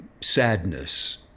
sadness